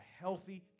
healthy